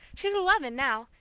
she's eleven now,